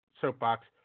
soapbox